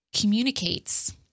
communicates